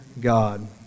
God